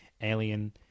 alien